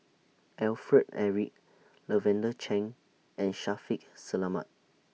Alfred Eric Lavender Chang and Shaffiq Selamat